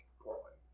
Portland